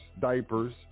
Diapers